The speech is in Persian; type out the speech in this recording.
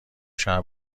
شهر